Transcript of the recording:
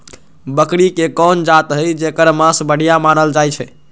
बकरी के कोन जात हई जेकर मास बढ़िया मानल जाई छई?